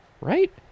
right